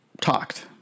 talked